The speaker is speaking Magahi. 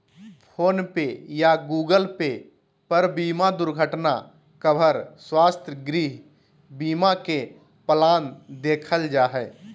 फोन पे या गूगल पे पर बीमा दुर्घटना कवर, स्वास्थ्य, गृह बीमा के प्लान देखल जा हय